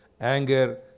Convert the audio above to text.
anger